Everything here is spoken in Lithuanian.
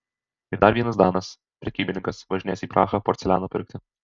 ir dar vienas danas prekybininkas važinėjęs į prahą porceliano pirkti